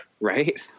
right